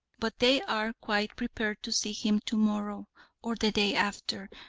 but they are quite prepared to see him to-morrow, or the day after,